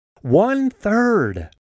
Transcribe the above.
one-third